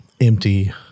empty